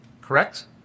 correct